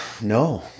No